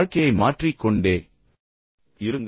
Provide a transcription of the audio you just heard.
எனவே வாழ்க்கையை அடிக்கடி மாற்றிக் கொண்டே இருக்க வேண்டும்